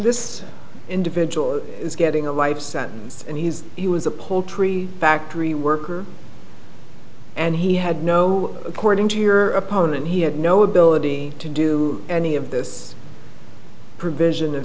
this individual is getting a life sentence and he's he was a poultry factory worker and he had no according to your opponent he had no ability to do any of this provision